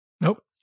Nope